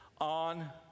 on